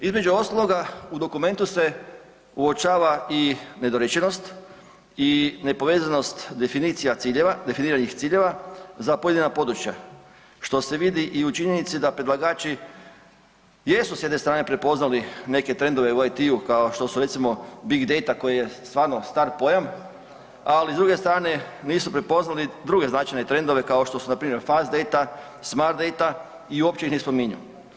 Između ostaloga u dokumentu se uočava i nedorečenost i nepovezanost definiranih ciljeva za pojedina područja što se vidi i u činjenici da predlagači jesu s jedne strane prepoznali neke trendove u IT-u kao što su recimo Big Date koji je stvarno star pojam, ali s druge strane nisu prepoznali druge značajne trendove kao što su npr. FaceDate, SmartDate i uopće ih ne spominju.